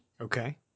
Okay